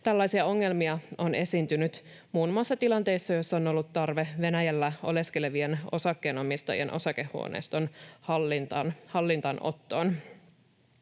Tällaisia ongelmia on esiintynyt muun muassa tilanteissa, joissa on ollut tarve Venäjällä oleskelevien osakkeenomistajien osakehuoneiston hallintaanottoon.